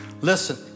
Listen